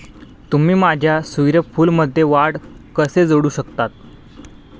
तुम्ही माझ्या सूर्यफूलमध्ये वाढ कसे जोडू शकता?